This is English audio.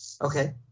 Okay